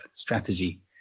strategy